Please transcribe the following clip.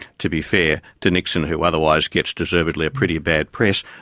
to be fair to nixon, who otherwise gets deservedly a pretty bad press,